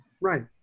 right